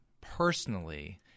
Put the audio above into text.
personally